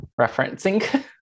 referencing